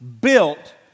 built